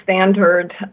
standard